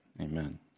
amen